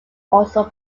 also